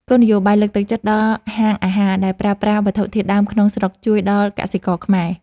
គោលនយោបាយលើកទឹកចិត្តដល់ហាងអាហារដែលប្រើប្រាស់វត្ថុធាតុដើមក្នុងស្រុកជួយដល់កសិករខ្មែរ។